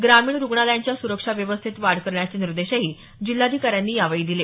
ग्रामीण रुग्णालयांच्या सुरक्षा व्यवस्थेत वाढ करण्याचे निर्देशही जिल्हाधिकाऱ्यांनी दिले